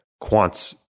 quants